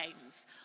games